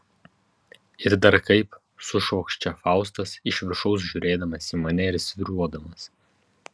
ir dar kaip sušvokščia faustas iš viršaus žiūrėdamas į mane ir svyruodamas